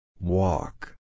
Walk